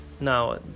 now